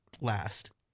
last